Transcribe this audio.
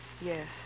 Yes